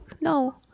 no